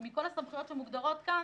ומכל הסמכויות שמוגדרות כאן,